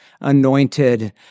anointed